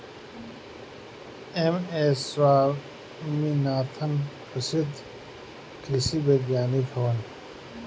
M S Swaminathan प्रसिद्ध कृषि वैज्ञानिक हवन